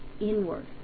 inward